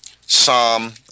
Psalm